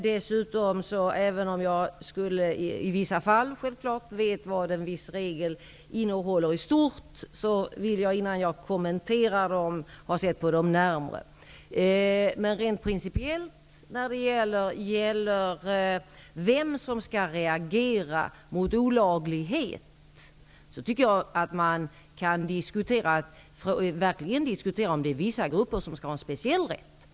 Dessutom vill jag se närmare på de regler som jag kommenterar, även om jag självfallet i vissa fall vet vad en viss regel innehåller i stort. Rent principiellt tycker jag att man verkligen kan diskutera om huruvida det är vissa grupper som skall ha speciell rätt att reagera mot olaglighet.